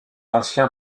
ancien